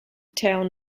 town